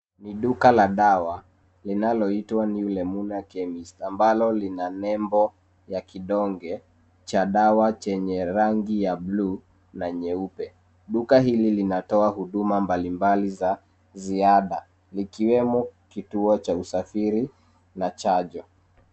Ni duka la dawa. Duka hili lina nembo ya kidonge cha dawa chenye rangi ya buluu na jeupe. Linatoa huduma mbalimbali za afya, zikiwemo kitabu cha usafiri na chanjo.